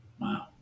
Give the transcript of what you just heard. Wow